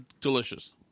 delicious